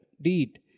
deed